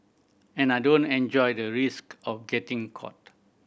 and I don't enjoy the risk of getting caught